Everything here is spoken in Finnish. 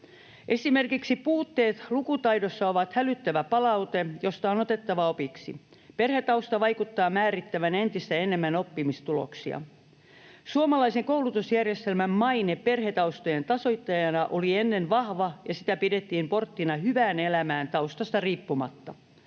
Esimerkiksi puutteet lukutaidossa on hälyttävä palaute, josta on otettava opiksi. Perhetausta vaikuttaa määrittävän entistä enemmän oppimistuloksia. Suomalaisen koulutusjärjestelmän maine perhetaustojen tasoittajana oli ennen vahva, ja sitä pidettiin porttina hyvään elämään taustasta riippumatta.